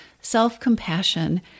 self-compassion